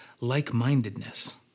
like-mindedness